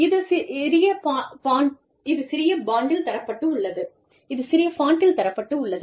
இது சிறிய ஃபாண்ட்டில் தரப்பட்டுள்ளது